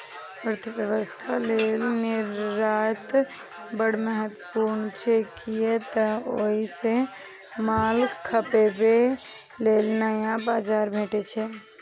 अर्थव्यवस्था लेल निर्यात बड़ महत्वपूर्ण छै, कियै तं ओइ सं माल खपाबे लेल नया बाजार भेटै छै